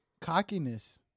Cockiness